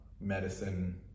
medicine